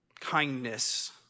Kindness